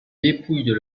dépouilles